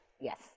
Yes